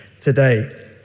today